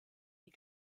die